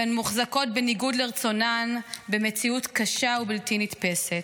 והן מוחזקות בניגוד לרצונן במציאות קשה ובלתי נתפסת.